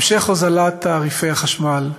המשך הוזלת תעריפי החשמל,